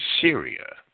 Syria